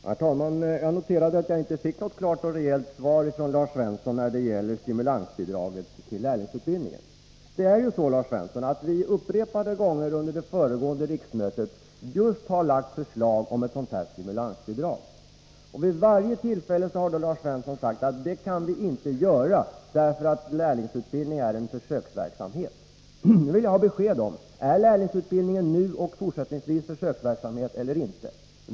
Herr talman! Jag noterar att jag inte fick något klart och rejält svar från Lars Svensson när det gäller stimulansbidraget till lärlingsutbildningen. Upprepade gånger under det föregående riksmötet, Lars Svensson, föreslog vi ett sådant stimulansbidrag. Vid varje tillfälle har Lars Svensson emellertid förklarat att bidrag inte kan utgå, eftersom lärlingssystemet är en försöksverksamhet. Nu vill jag ha besked: Är lärlingssystemet nu och fortsättningsvis en försöksverksamhet?